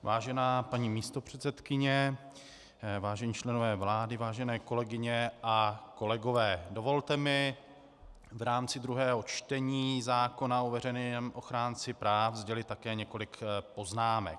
Vážená paní místopředsedkyně, vážení členové vlády, vážené kolegyně a kolegové, dovolte mi v rámci druhého čtení zákona o veřejném ochránci práv sdělit také několik poznámek.